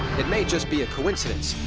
it may just be a coincidence,